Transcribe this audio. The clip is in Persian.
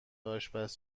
آشپز